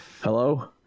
hello